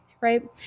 right